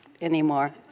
anymore